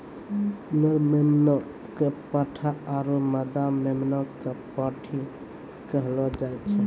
नर मेमना कॅ पाठा आरो मादा मेमना कॅ पांठी कहलो जाय छै